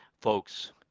folks